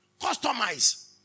Customize